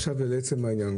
עכשיו לעצם העניין,